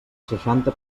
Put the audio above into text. seixanta